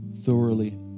thoroughly